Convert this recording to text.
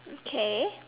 okay